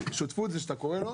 שותפות זה שאתה קורא לו,